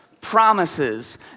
promises